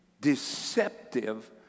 deceptive